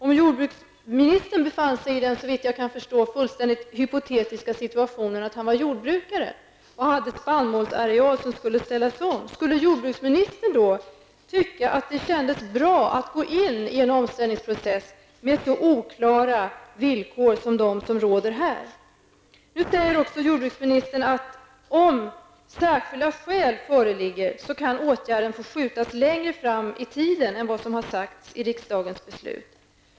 Om jordbruksministern befann sig i den, såvitt jag förstår, fullständigt hypotetiska situationen att han var jordbrukare och hade en spannmålsareal som skulle ställas om, skulle jordbruksministern då tycka att det kändes bra att gå in i en omställningsprocess med så oklara villkor som råder i detta sammanhang? Nu säger jordbruksministern att om särskilda skäl föreligger kan åtgärden få skjutas längre fram i tiden än vad som har sagts i riksdagens beslut.